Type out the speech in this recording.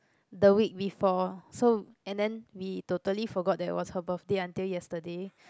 the week before so and then we totally forgot that was her birthday until yesterday